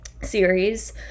series